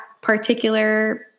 particular